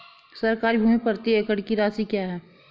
सरकारी भूमि प्रति एकड़ की राशि क्या है?